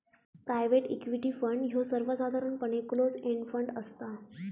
private equity fund ह्यो सर्वसाधारणपणे close end fund असता